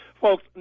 Folks